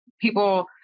People